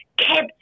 kept